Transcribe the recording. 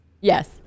Yes